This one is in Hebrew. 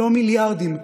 לא מיליארדים,